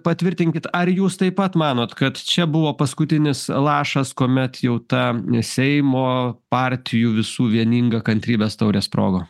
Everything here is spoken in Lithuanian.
patvirtinkit ar jūs taip pat manot kad čia buvo paskutinis lašas kuomet jau ta seimo partijų visų vieninga kantrybės taurė sprogo